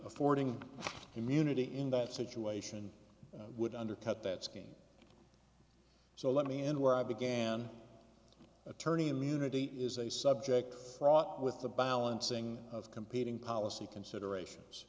affording immunity in that situation would undercut that scheme so let me end where i began attorney immunity is a subject fraught with the balancing of competing policy considerations